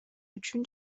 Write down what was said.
үчүн